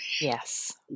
Yes